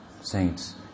saints